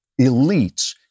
elites